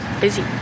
Busy